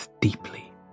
deeply